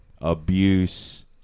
abuse